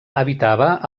habitava